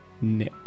nip